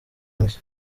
mushya